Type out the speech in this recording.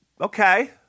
Okay